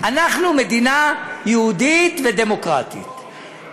אנחנו מדינה יהודית ודמוקרטית,